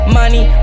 money